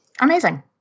Amazing